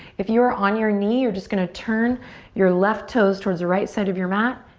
if you were on your knee, you're just gonna turn your left toes towards the right side of your mat,